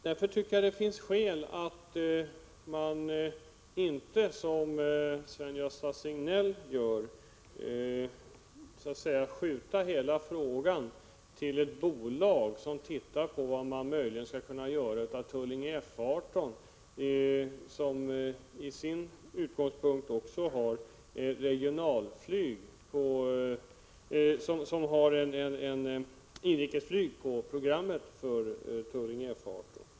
Därför finns det skäl att inte, som Sven-Gösta Signell gör, skjuta över hela frågan till ett bolag som tittar på vad man möjligen skall kunna göra av Tullinge — F 18. Inrikesflyg finns ju också på programmet för flygfältet i Tullinge.